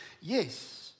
Yes